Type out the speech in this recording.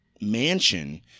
mansion